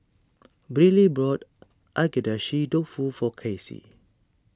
Briley bought Agedashi Dofu for Kasie